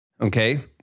Okay